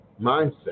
mindset